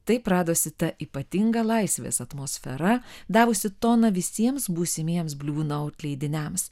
taip radosi ta ypatinga laisvės atmosfera davusi toną visiems būsimiems bliu naut leidiniams